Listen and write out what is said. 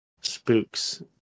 Spooks